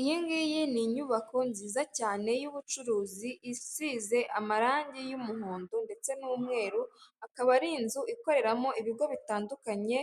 Iyi ngiyi ni inyubako nziza cyane y'ubucuruzi isize amarangi y'umuhondo ndetse n'umweru, akaba ari inzu ikoreramo ibigo bitandukanye